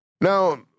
Now